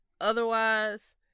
Otherwise